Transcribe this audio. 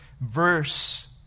verse